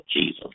Jesus